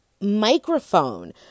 microphone